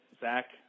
Zach